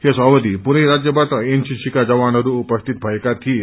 यस अववि पूरै राज्यबाट एनसीसी का जवानहरू उपसीत भएका थए